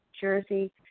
Jersey